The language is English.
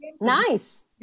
Nice